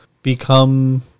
become